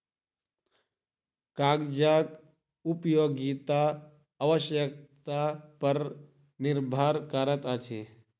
कागजक उपयोगिता आवश्यकता पर निर्भर करैत अछि